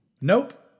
Nope